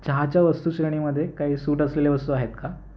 चहाच्या वस्तू श्रेणीमध्ये काही सूट असलेल्या वस्तू आहेत का